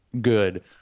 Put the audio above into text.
good